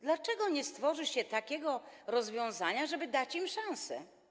Dlaczego nie stworzy się takiego rozwiązania, żeby dać im szansę?